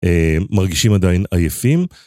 מרגישים עדיין עייפים